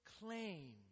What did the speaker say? claim